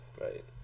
Right